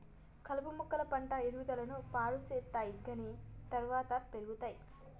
కలుపు మొక్కలు పంట ఎదుగుదలను పాడు సేత్తయ్ గవి త్వరగా పెర్గుతయ్